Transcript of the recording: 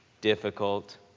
difficult